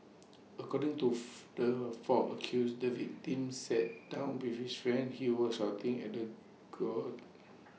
according to the four accused the victim sat back down be with friend he was shouting at the quart